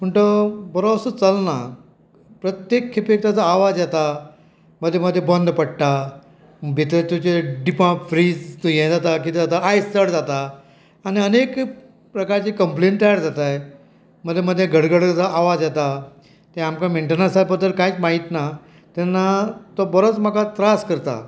पूण तो बोरोसो चलना प्रत्येक खेपे ताजो आवाज येता मदें मदें बंद पडटा भितर तुजे डिपा फ्रीज हें जाता कितें जाता आयस चड जाता आनी आनी एक प्रकारची कंप्लेन तयार जाताय मदें मदें गडगडजो आवाज येता तें आमकां मेंटेनंसा बद्दल कांयच म्हायीत ना तेन्ना तो बोरोच म्हाका त्रास करता